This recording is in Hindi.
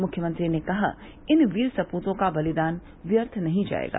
मुख्यमंत्री ने कहा कि इन वीर सपूतों का बलिदान व्यर्थ नहीं जायेगा